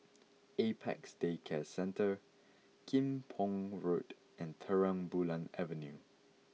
Apex Day Care Centre Kim Pong Road and Terang Bulan Avenue